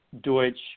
Deutsch